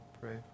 pray